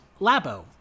Labo